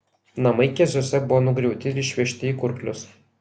namai keziuose buvo nugriauti ir išvežti į kurklius